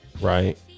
Right